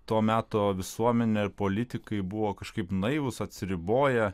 to meto visuomenė ir politikai buvo kažkaip naivūs atsiriboję